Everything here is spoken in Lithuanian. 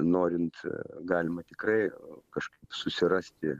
norint galima tikrai kažkaip susirasti